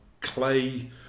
clay